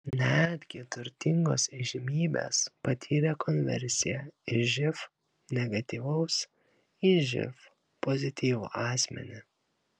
netgi turtingos įžymybės patyrė konversiją iš živ negatyvaus į živ pozityvų asmenį